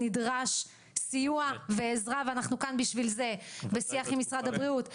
נדרש סיוע ועזרה ואנחנו כאן בשביל זה בשיח עם משרד הבריאות,